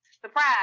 surprise